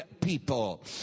people